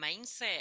mindset